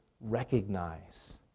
recognize